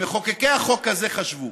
מחוקקי החוק הזה חשבו